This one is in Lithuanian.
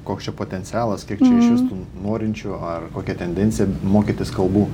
koks čia potencialas kiek čia iš vis tų norinčių ar kokia tendencija mokytis kalbų